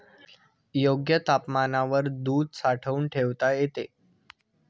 योग्य तापमानावर दूध साठवून ठेवता येते